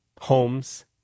homes